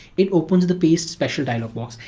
it opens the paste special dialog box.